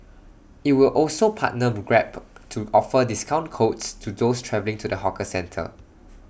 IT will also partner grab to offer discount codes to those travelling to the hawker centre